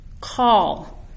call